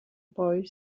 boy